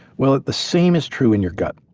well, the same is true in your gut.